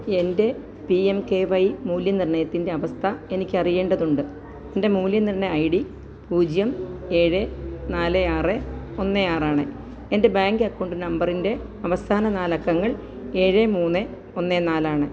എൻ്റെ P M K Y മൂല്യനിർണ്ണയത്തിൻ്റെ അവസ്ഥ എനിക്ക് അറിയേണ്ടതുണ്ട് എൻ്റെ മൂല്യനിർണ്ണയ ഐ ഡി പൂജ്യം ഏഴ് നാല് ആറ് ഒന്ന് ആറാണ് എൻ്റെ ബാങ്ക് അക്കൗണ്ട് നമ്പറിൻ്റെ അവസാന നാലക്കങ്ങൾ ഏഴ് മുന്ന് ഒന്ന് നാലാണ്